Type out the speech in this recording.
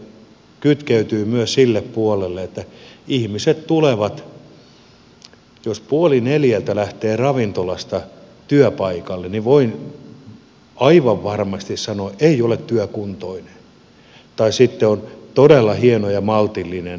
meidän ongelmamme rupeaa kytkeytymään myös sille puolelle että jos ihmiset puoli neljältä lähtevät ravintolasta ja tulevat työpaikalle niin voin aivan varmasti sanoa että ei ole työkuntoinen tai sitten on todella hieno ja maltillinen alkoholinkäyttäjä